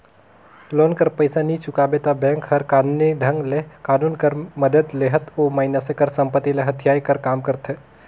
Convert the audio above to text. loan कर पइसा नी चुकाबे ता बेंक हर कानूनी ढंग ले कानून कर मदेत लेहत ओ मइनसे कर संपत्ति ल हथियाए कर काम करथे